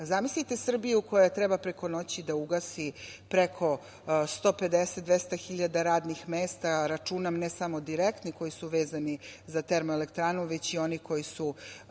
Zamislite Srbiju koja treba preko noći da ugasi preko 150, 200 hiljada radnih mesta, računam, ne samo direktni koji su vezani za termoelektranu, već i oni koji su